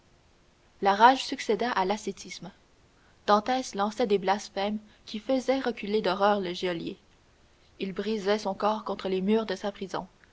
la rage succéda à l'ascétisme edmond lançait des blasphèmes qui faisaient reculer d'horreur le geôlier il brisait son corps contre les murs de sa prison